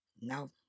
No